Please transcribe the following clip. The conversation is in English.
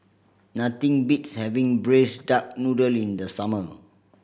nothing beats having Braised Duck Noodle in the summer